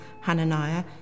Hananiah